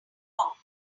thought